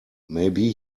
maybe